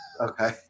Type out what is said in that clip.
Okay